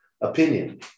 opinion